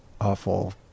awful